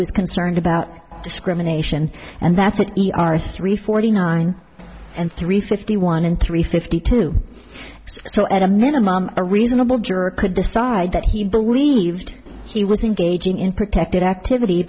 was concerned about discrimination and that's it e r three forty nine and three fifty one in three fifty two so at a minimum a reasonable juror could decide that he believed he was engaging in protected activity